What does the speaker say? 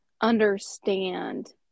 understand